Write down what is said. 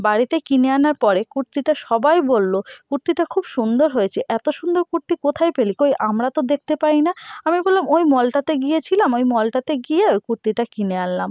বাড়িতে কিনে আনার পরে কুর্তিটা সবাই বললো কুর্তিটা খুব সুন্দর হয়েছে এতো সুন্দর কুর্তি কোথায় পেলি কই আমরা তো দেখতে পাই না আমি বললাম ওই মলটাতে গিয়েছিলাম ওই মলটাতে গিয়ে কুর্তিটা কিনে আনলাম